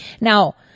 Now